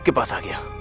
do but you